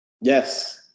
Yes